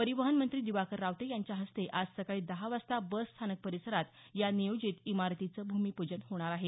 परिवहन मंत्री दिवाकर रावते यांच्या हस्ते आज सकाळी दहा वाजता बसस्थानक परिसरात या नियोजित इमारतीचं भूमीपूजन होणार आहे